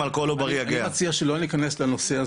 בריא בגלל אלכוהול יגיע --- אני מבקש לא להיכנס לזה.